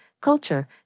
culture